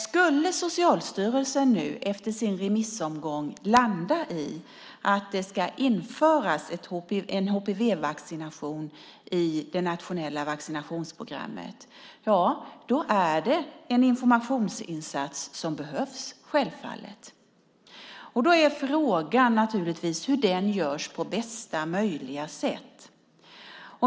Skulle Socialstyrelsen nu efter sin remissomgång landa i att det ska införas en HPV-vaccination i det nationella vaccinationsprogrammet är det en informationsinsats som behövs. Då är frågan hur den görs på bästa möjliga sätt.